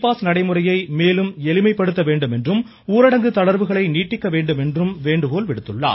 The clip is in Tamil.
பாஸ் நடைமுறையை மேலும் எளிமைப்படுத்த வேண்டும் என்றும் ஊரடங்கு தளா்வுகளை நீட்டிக்க வேண்டும் என்றும் வேண்டுகோள் விடுத்துள்ளார்